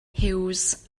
huws